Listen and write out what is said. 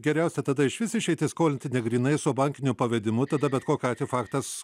geriausia tada išvis išeitis skolinti ne grynais o bankiniu pavedimu tada bet kokiu atveju faktas